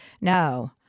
No